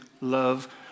love